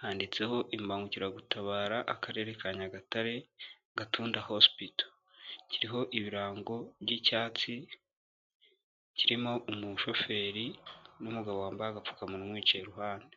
handitseho imbangukiragutabara Akarere ka Nyagatare, Gatunda Hospital, kiriho ibirango by'icyatsi, kirimo umushoferi n'umugabo wambaye agapfukamuwa umwicaye iruhande.